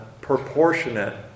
proportionate